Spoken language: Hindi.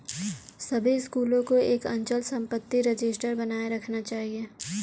सभी स्कूलों को एक अचल संपत्ति रजिस्टर बनाए रखना चाहिए